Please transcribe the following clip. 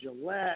Gillette